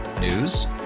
News